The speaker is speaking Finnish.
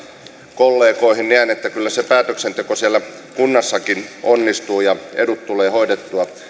kollegoihin ihan että kyllä se päätöksenteko siellä kunnassakin onnistuu ja edut tulee hoidettua